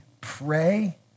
pray